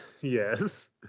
Yes